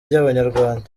ry’abanyarwanda